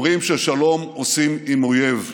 אומרים ששלום עושים עם אויב לא,